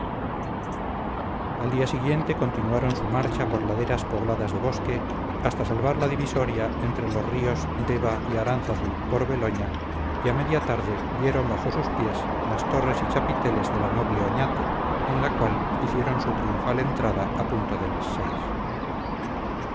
al siguiente día continuaron su marcha por laderas pobladas de bosque hasta salvarla divisoria entre los ríos deva y aránzazu por beloña y a media tarde vieron bajo sus pies las torres y chapiteles de la noble oñate en la cual hicieron su triunfal entrada a punto de las seis